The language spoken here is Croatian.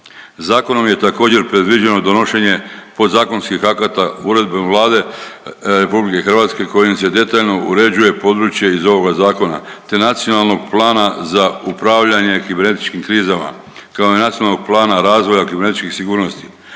Zakonom je također predviđeno donošenje podzakonskih akata uredbom Vlade RH kojim se detaljno uređuje područje iz ovoga Zakona te Nacionalnog plana za upravljanje kibernetičkim krizama, kao i Nacionalnog plana razvoja kibernetičkih sigurnosti